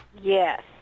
yes